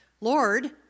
Lord